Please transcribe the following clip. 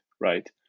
right